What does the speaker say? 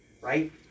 Right